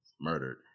murdered